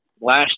last